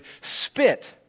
spit